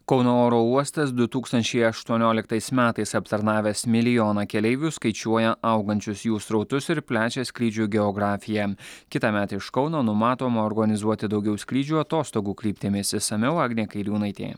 kauno oro uostas du tūkstančiai aštuonioliktais metais aptarnavęs milijoną keleivių skaičiuoja augančius jų srautus ir plečia skrydžių geografiją kitąmet iš kauno numatoma organizuoti daugiau skrydžių atostogų kryptimis išsamiau agnė kairiūnaitė